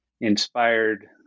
inspired